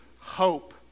hope